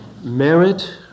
merit